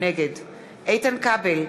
נגד איתן כבל,